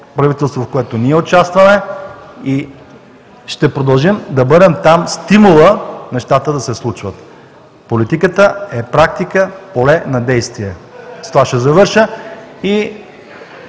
правителство, в което ние участваме и ще продължим да бъдем там стимулът нещата да се случват. Политиката е практика, поле на действия. С това ще завърша, и